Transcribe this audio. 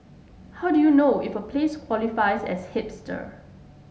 how do you know if a place qualifies as hipster